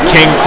King